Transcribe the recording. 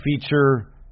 feature